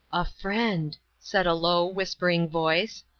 a friend, said a low, whispering voice.